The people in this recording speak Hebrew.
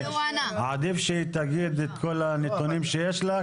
עדיף שהיא תגיד את כל הנתונים שיש לה,